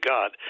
God